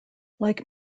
like